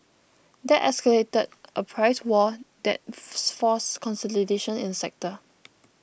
that escalated a price war that's forced consolidation in the sector